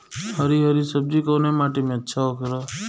हरी हरी सब्जी कवने माटी में अच्छा होखेला?